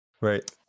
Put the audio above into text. Right